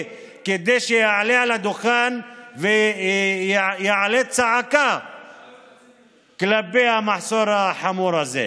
כדי שיעלה לדוכן ויעלה צעקה כלפי המחסור החמור הזה,